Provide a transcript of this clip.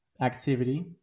activity